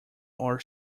our